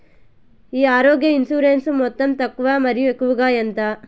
ఈ ఆరోగ్య ఇన్సూరెన్సు మొత్తం తక్కువ మరియు ఎక్కువగా ఎంత?